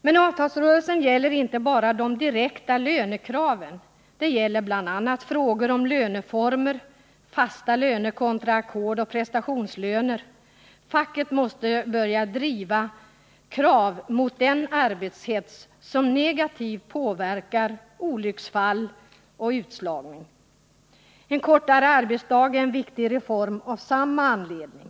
Men avtalsrörelsen gäller inte bara de direkta lönekraven. Den gäller bl.a. frågor om löneformer, fasta löner kontra ackord och prestationslöner. Facket måste börja driva krav mot den arbetshets som negativt påverkar olycksfall och utslagning. En kortare arbetsdag är en viktig reform av samma anledning.